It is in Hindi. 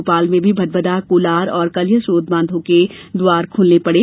भोपाल में भी भदभदा कोलार और कलियासोत बांधों के द्वार खोलने पड़े